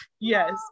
yes